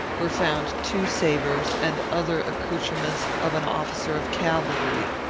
were found two sabres, and other accoutrements of an officer of cavalry.